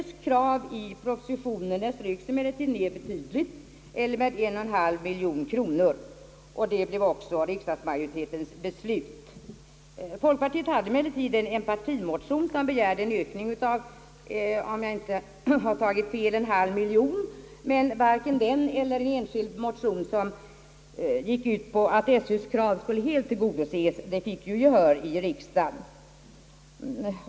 Skolöverstyrelsens krav ströks emellertid ned betydligt i propositionen — med en och en halv miljon kronor. Det blev också riksdagsmajoritetens beslut. Folkpartiet begärde emellertid i en partimotion, om jag inte tagit fel, en ökning av en halv miljon. Varken denna motion eller en enskild motion, som gick ut på att skolöverstyrelsens krav skulle helt tillgodoses, vann behör i riksdagen.